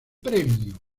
premio